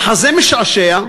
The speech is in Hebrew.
מחזה משעשע,